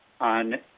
on